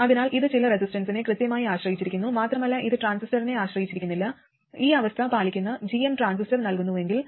അതിനാൽ ഇത് ചില റെസിസ്റ്റൻസിനെ കൃത്യമായി ആശ്രയിച്ചിരിക്കുന്നു മാത്രമല്ല ഇത് ട്രാൻസിസ്റ്ററിനെ ആശ്രയിക്കുന്നില്ല ഈ അവസ്ഥ പാലിക്കുന്ന gm ട്രാൻസിസ്റ്റർ നൽകുന്നുവെങ്കിൽ